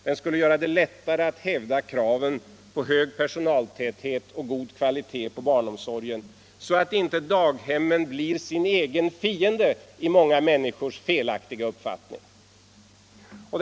Den skulle också göra det lättare att hävda kraven på hög personaltäthet och god kvalitet på barnomsorgen så att inte daghemmen blir sin egen fiende i många människors felaktiga uppfattning. 1.